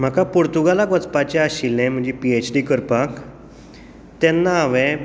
म्हाका पुर्तुगालाक वचपाचें आशिल्लें म्हणजे पीएचडी करपाक तेन्ना हांवें